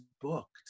booked